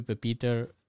Peter